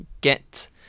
get